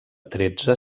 tretze